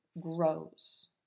grows